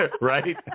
Right